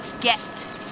Get